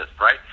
right